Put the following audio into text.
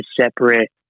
separate